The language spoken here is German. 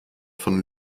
von